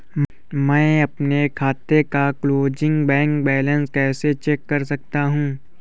मैं अपने खाते का क्लोजिंग बैंक बैलेंस कैसे चेक कर सकता हूँ?